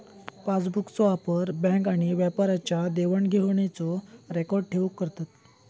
पासबुकचो वापर बॅन्क आणि व्यापाऱ्यांच्या देवाण घेवाणीचो रेकॉर्ड ठेऊक करतत